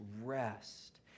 rest